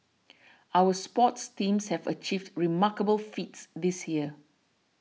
our sports teams have achieved remarkable feats this year